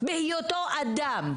בהיותו אדם.